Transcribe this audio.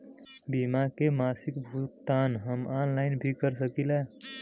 बीमा के मासिक भुगतान हम ऑनलाइन भी कर सकीला?